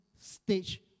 stage